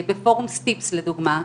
בפורום סטיקס לדוגמה,